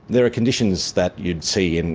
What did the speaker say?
there are conditions that you would see, and